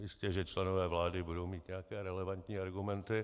Jistěže členové vlády budou mít nějaké relevantní argumenty.